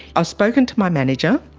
ah spoken to my manager,